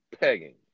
pegging